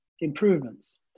improvements